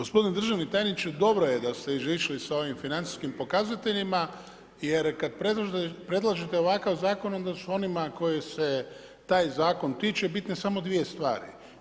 Gospodine državni tajniče, dobro je da ste išli sa ovim financijskim pokazateljima jer kad predlažete ovakav zakon onda su onima koji se taj zakon tiče, bitne samo dvije stvari.